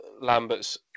Lambert's